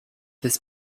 this